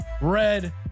red